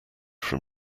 from